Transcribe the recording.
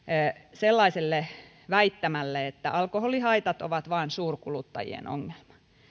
sellaiselle väittämälle että alkoholihaitat ovat vain suurkuluttajien ongelma